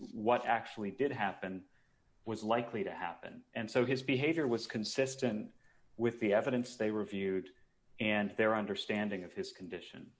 what actually did happen was likely to happen and so his behavior was consistent with the evidence they reviewed and their understanding of his condition